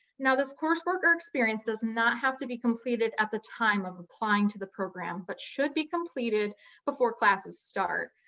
now, this coursework or experience does not have to be completed at the time of applying to the program, but should be completed before classes start.